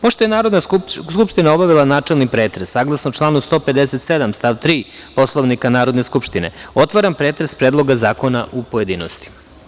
Pošto je Narodna skupština obavila načelni pretres, saglasno članu 157. stav 3. Poslovnika Narodne skupštine, otvaram pretres Predloga zakona u pojedinostima.